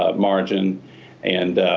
ah margin and